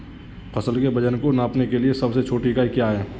फसल के वजन को नापने के लिए सबसे छोटी इकाई क्या है?